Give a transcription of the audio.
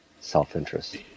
self-interest